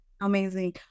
Amazing